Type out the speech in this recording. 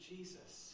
Jesus